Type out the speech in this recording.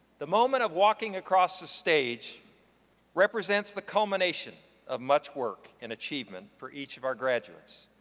the moment of walking across the stage represents the culmination of much work and achievement for each of our graduates.